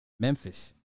Memphis